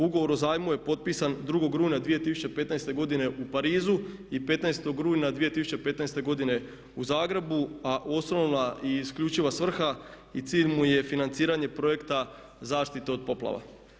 Ugovor o zajmu je potpisan 2. rujna 2015. godine u Parizu i 15. rujna 2015. godine u Zagrebu, a osnovna i isključiva svrha i cilj mu je financiranje projekta zaštite od poplava.